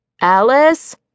Alice